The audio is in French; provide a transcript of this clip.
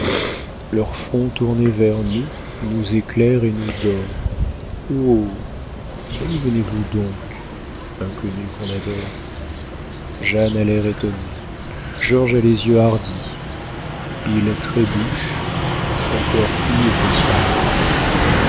leur front tourné vers nous nous éclaire et nous dore oh d'où venez-vous donc inconnus qu'on adore jeanne a l'air étonné georges a les yeux hardis ils trébuchent encore ivres du paradis